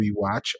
rewatch